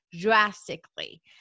drastically